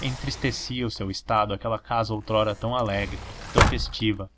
entristecia o seu estado aquela casa outrora tão alegre tão festiva